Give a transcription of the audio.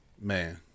Man